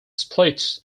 splits